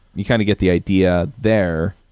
you kind of get the idea there,